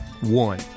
One